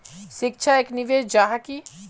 शिक्षा एक निवेश जाहा की?